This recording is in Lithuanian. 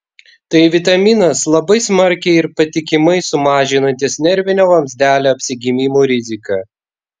tai vitaminas labai smarkiai ir patikimai sumažinantis nervinio vamzdelio apsigimimų riziką